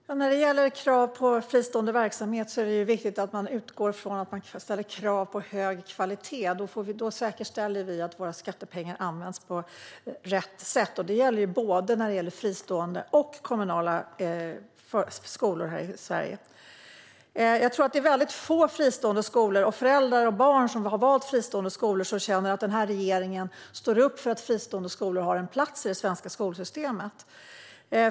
Fru talman! När det gäller krav på fristående verksamhet är det viktigt att man utgår från att man ställer krav på hög kvalitet. Då säkerställer vi att våra skattepengar används på rätt sätt. Detta gäller både fristående och kommunala skolor i Sverige. Jag tror att det är väldigt få fristående skolor - och väldigt få föräldrar och barn som har valt fristående skolor - som känner att denna regering står upp för att fristående skolor har en plats i det svenska skolsystemet.